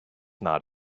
not